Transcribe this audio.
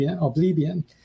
oblivion